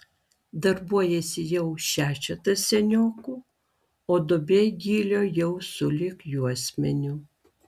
darbuojasi jau šešetas seniokų o duobė gylio jau sulig juosmeniu